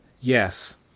Yes